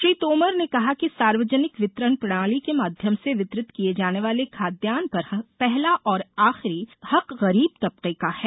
श्री तोमर ने कहा कि सार्वजनिक वितरण प्रणाली के माध्यम से वितरित किए जाने वाले खाद्यान्न पर पहला और आखिरी हक गरीब तबके का हैं